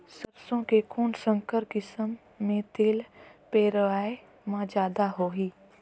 सरसो के कौन संकर किसम मे तेल पेरावाय म जादा होही?